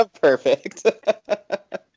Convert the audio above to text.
Perfect